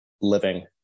Living